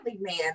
man